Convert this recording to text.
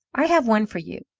i have one for you.